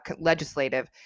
legislative